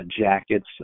jackets